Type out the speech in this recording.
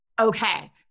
okay